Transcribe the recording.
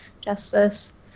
justice